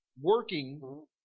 working